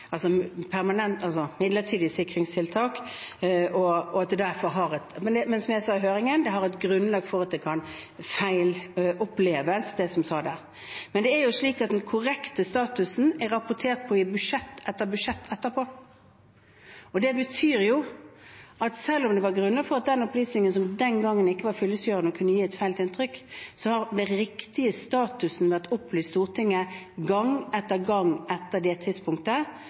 altså midlertidige sikringstiltak. Men som jeg sa i høringen, har det et grunnlag for å kunne feiloppleves det som ble sagt der. Men det er jo slik at den korrekte statusen er rapportert på i budsjett etter budsjett etterpå, og det betyr at selv om det var grunnlag for at den opplysningen som den gangen ikke var fyllestgjørende og kunne gi et feil inntrykk, har den riktige statusen vært opplyst Stortinget gang etter gang etter det tidspunktet.